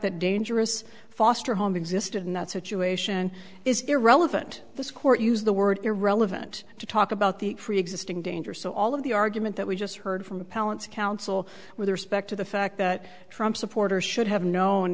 that dangerous foster homes existed in that situation is irrelevant this court used the word irrelevant to talk about the preexisting danger so all of the argument that we just heard from appellants counsel with respect to the fact that trump supporters should have known